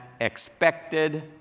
expected